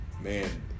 man